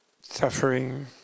suffering